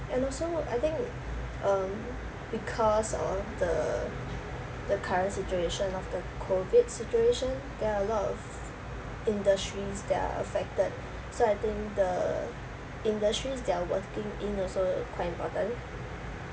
and also I think um because of the the current situation of the COVID situation there are a lot of industries that are affected so I think the industries they are working in also quite important